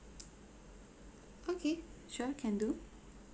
okay sure can do